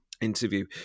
interview